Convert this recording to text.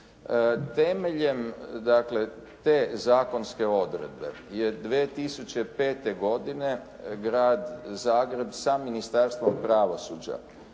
Temeljem dakle te zakonske odredbe je 2005. godine Grad Zagreb sa Ministarstvom pravosuđa